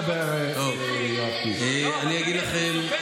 תגיד איפה בדיוק פגעו בתנ"ך, אני איתך.